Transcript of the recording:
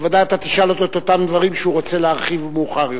בוודאי אתה תשאל אותו את אותם דברים שהוא רוצה להרחיב עליהם מאוחר יותר.